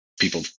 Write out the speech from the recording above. people